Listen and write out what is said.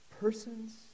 persons